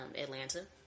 Atlanta